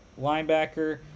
linebacker